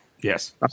Yes